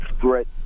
threat